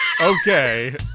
Okay